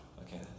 Okay